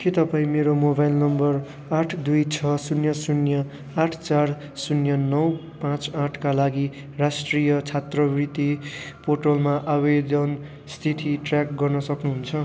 के तपाईँँ मेरो मोबाइल नम्बर आठ दुई छ शून्य शून्य आठ चार शून्य नौ पाँच आठका लागि राष्ट्रिय छात्रवृत्ति पोर्टलमा आवेदन स्थिति ट्र्याक गर्न सक्नु हुन्छ